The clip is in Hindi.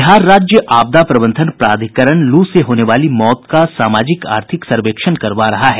बिहार राज्य आपदा प्रबंधन प्राधिकरण लू से होने वाली मौत का सामाजिक आर्थिक सर्वेक्षण करवा रहा है